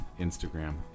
Instagram